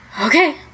okay